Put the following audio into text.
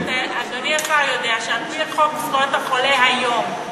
אדוני השר יודע שעל-פי חוק זכויות החולה היום,